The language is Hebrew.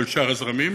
כל שאר הזרמים.